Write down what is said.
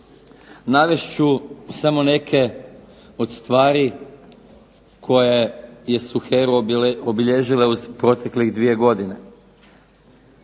Navest ću samo neke od stvari koje su HERA-u obilježile u proteklih dvije godine.